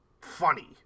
funny